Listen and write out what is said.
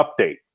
update